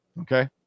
okay